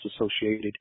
associated